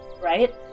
Right